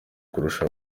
kurusha